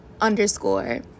underscore